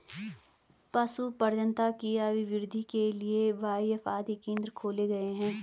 पशु प्रजननता की अभिवृद्धि के लिए बाएफ आदि केंद्र खोले गए हैं